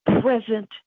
present